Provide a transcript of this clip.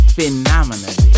Phenomenal